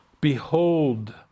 behold